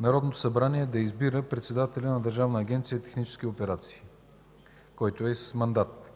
Народното събрание да избира председателя на Държавна агенция „Технически операции”, който е с мандат.